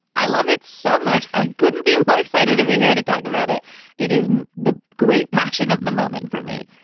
i love it so much. i couldn't be more excited to be here to talk about it it is the great passion of the moment for me.